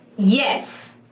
yes.